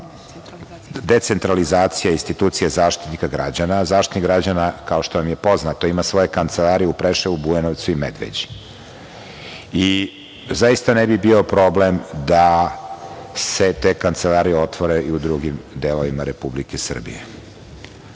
decentralizacija institucije Zaštitnika građana, a Zaštitnik građana, kao što vam je poznato imaju svoje kancelarije u Preševu, Bujanovcu i Medveđi. Zaista ne bi bio problem da se te kancelarije otvore i u drugim delovima Republike Srbije. Ono